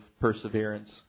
perseverance